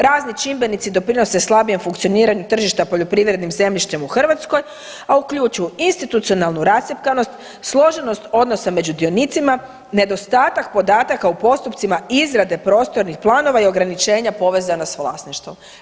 Razni čimbenici doprinose slabijem funkcioniranju tržišta poljoprivrednim zemljištem u Hrvatskoj, a uključuju institucionalnu rascjepkanost, složenost odnosa među dionicima, nedostatak podataka u postupcima izrade prostornih planova i ograničenja povezana s vlasništvom.